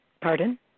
Pardon